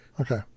Okay